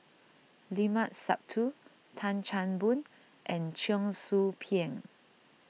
Limat Sabtu Tan Chan Boon and Cheong Soo Pieng